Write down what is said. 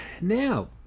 Now